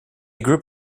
group